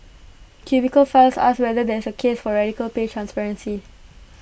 cubicle files asks whether there's A case for radical pay transparency